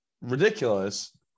ridiculous